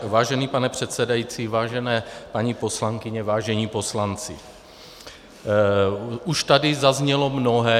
Vážený pane předsedající, vážené paní poslankyně, vážení poslanci, už tady zaznělo mnohé.